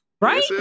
Right